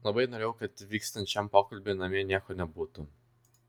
labai norėjau kad vykstant šiam pokalbiui namie nieko nebūtų